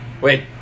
Wait